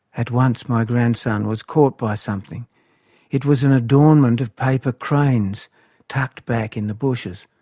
at once my grandson was caught by something it was an adornment of paper cranes tucked back in the bushes.